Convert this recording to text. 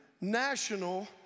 National